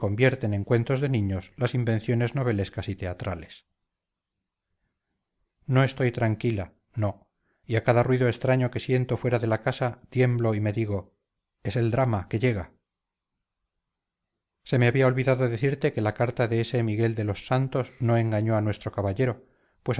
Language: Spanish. en cuentos de niños las invenciones novelescas y teatrales no estoy tranquila no y a cada ruido extraño que siento fuera de la casa tiemblo y me digo es el drama que llega se me había olvidado decirte que la carta de ese miguel de los santos no engañó a nuestro caballero